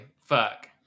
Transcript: fuck